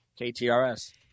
KTRS